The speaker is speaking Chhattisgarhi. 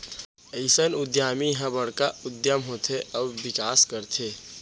अइसन उद्यमी ह बड़का उद्यम होथे अउ बिकास करथे